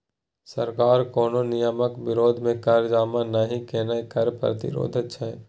सरकार कोनो नियमक विरोध मे कर जमा नहि केनाय कर प्रतिरोध छै